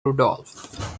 rudolph